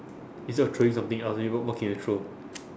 instead of throwing something else then wha~ what can you throw